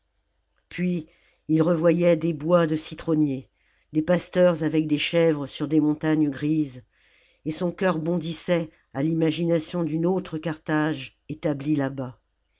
puis il revoyait des bois de citronniers des pasteurs avec des chèvres sur des montagnes grises et son cœur bondissait à l'imagination d'une autre carthage établie là-bas